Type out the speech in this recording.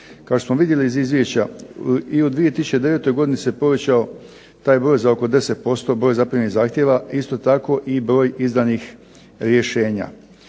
što smo vidjeli iz izvješća i u 2009. godini se povećao taj broj za oko 10%, broj zaprimljenih zahtjeva, isto tako i broj izdanih rješenja.